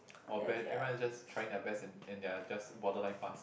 or bare everyone is just trying their best in in their just boderline pass